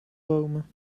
bomen